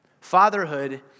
Fatherhood